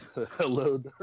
Hello